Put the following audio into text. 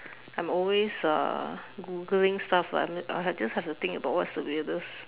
I'm always uh Googling stuff but I mean I just have to think about what's the weirdest